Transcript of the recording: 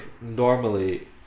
normally